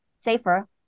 safer